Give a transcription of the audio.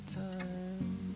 time